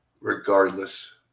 regardless